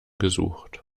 gesucht